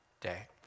day